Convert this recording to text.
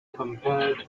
compare